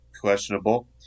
questionable